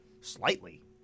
Slightly